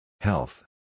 Health